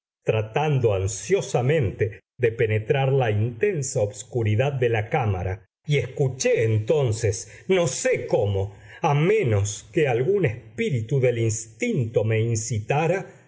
tratando ansiosamente de penetrar la intensa obscuridad de la cámara y escuché entonces no sé cómo a menos que algún espíritu del instinto me incitara